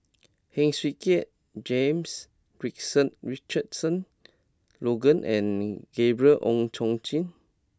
Heng Swee Keat James Richardson Logan and Gabriel Oon Chong Jin